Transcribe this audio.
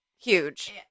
huge